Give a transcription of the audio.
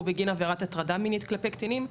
בגין עבירת הטרדה מינית כלפי קטינים,